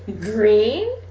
Green